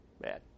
Bad